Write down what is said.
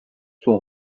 sont